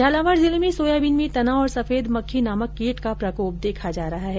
झालावाड़ जिले में सोयाबीन में तना और सफेद मक्खी नामक कीट का प्रकोप देखा जा रहा है